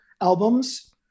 albums